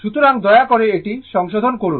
সুতরাং দয়া করে এটি সংশোধন করুন